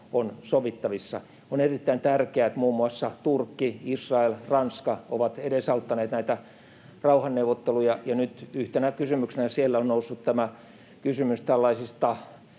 on sovittavissa. On erittäin tärkeää, että muun muassa Turkki, Israel ja Ranska ovat edesauttaneet näitä rauhanneuvotteluja. Nyt yhtenä kysymyksenä siellä on noussut kysymys turvatakuut